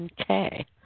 Okay